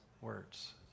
Words